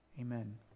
Amen